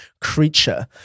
creature